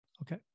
Okay